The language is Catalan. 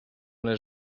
les